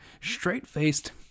straight-faced